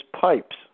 pipes